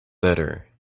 better